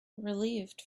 relieved